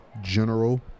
General